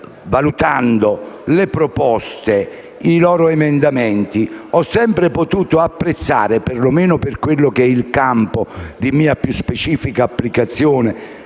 valutando le loro proposte e i loro emendamenti, ho sempre potuto apprezzare - per lo meno nel campo di mia più specifica applicazione,